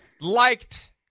liked